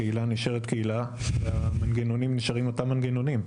הקהילה נשארת קהילה והמנגנונים נשארים אותם מנגנונים,